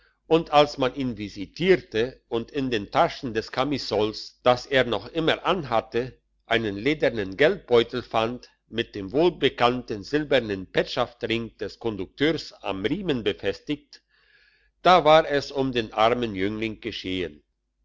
und als man ihn visitierte und in den taschen des kamisols das er noch immer anhatte einen ledernen geldbeutel fand mit dem wohlbekannten silbernen petschaftring des kondukteurs am riemen befestigt da war es um den armen jüngling geschehn